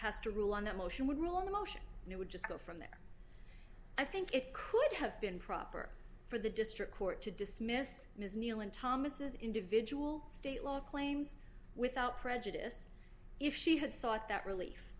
has to rule on that motion would rule on the motion and it would just go from there i think it could have been proper for the district court to dismiss ms neal in thomas individual state law claims without prejudice if she had sought that relief